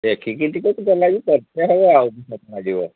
ଦେଖିକି ଟିକିଏ ଟିକିଏ ଲାଗି କରତେ ହେବ ଆଉ କିସ ଲାଗିବ